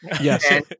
Yes